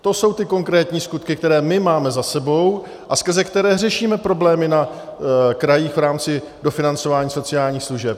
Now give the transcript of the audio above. To jsou ty konkrétní skutky, které my máme za sebou a skrze které řešíme problémy na krajích v rámci dofinancování sociálních služeb.